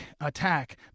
attack